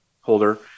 holder